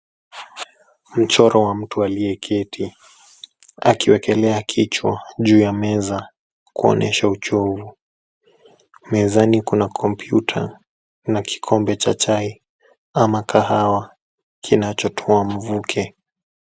Mchoro wa mtu aliyeketi, akiwekelea kichwa juu ya meza, kuonyesha uchovu. Mezani kuna kompyuta, na kikombe cha chai, ama kahawa, kinachotoa mvuke.